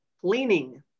Cleaning